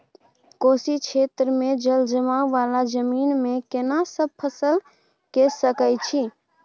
कोशी क्षेत्र मे जलजमाव वाला जमीन मे केना सब फसल के सकय छी?